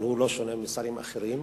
אבל הוא לא שונה משרים אחרים,